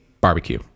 barbecue